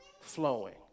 flowing